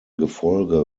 gefolge